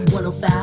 105